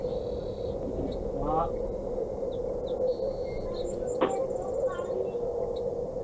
यहाँ